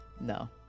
no